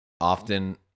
Often